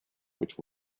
which